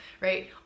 right